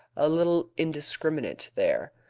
a little indiscriminate there.